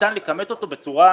ניתן לכמת אותו בצורה